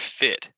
fit